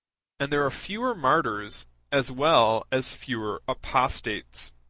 and there are fewer martyrs as well as fewer apostates.